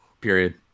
period